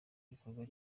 gikorwa